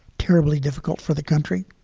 terribly difficult for the country,